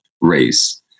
race